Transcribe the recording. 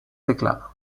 teclado